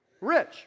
rich